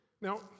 Now